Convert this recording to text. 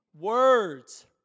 Words